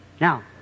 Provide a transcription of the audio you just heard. Now